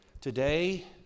Today